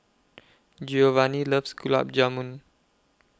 Geovanni loves Gulab Jamun